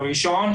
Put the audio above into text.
ראשון,